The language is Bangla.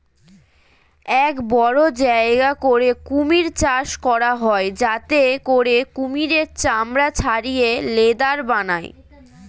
এক বড় জায়গা করে কুমির চাষ করা হয় যাতে করে কুমিরের চামড়া ছাড়িয়ে লেদার বানায়